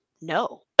no